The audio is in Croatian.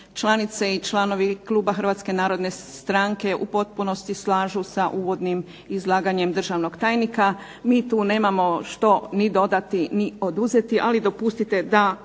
članice i članovi kluba HNS-a u potpunosti slažu sa uvodnim izlaganje državnog tajnika. Mi tu nemamo što ni dodati ni oduzeti, ali dopustite da